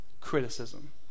criticism